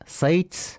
sites